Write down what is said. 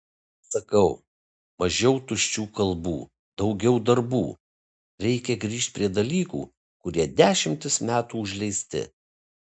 sakau mažiau tuščių kalbų daugiau darbų reikia grįžt prie dalykų kurie dešimtis metų užleisti